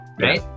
right